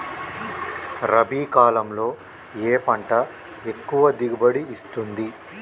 రబీ కాలంలో ఏ పంట ఎక్కువ దిగుబడి ఇస్తుంది?